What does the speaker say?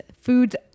food's